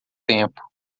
tempo